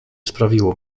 sprawiło